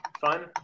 fun